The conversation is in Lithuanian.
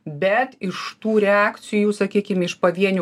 bet iš tų reakcijų sakykim iš pavienių